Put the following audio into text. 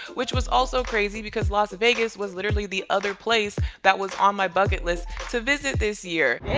which was also crazy because las vegas was literally the other place that was on my bucket list to visit this year.